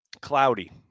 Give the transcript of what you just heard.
Cloudy